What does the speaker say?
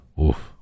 Oof